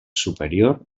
superior